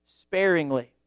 sparingly